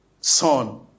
son